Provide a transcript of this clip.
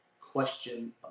question